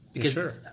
sure